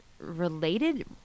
related